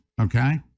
okay